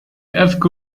أذكر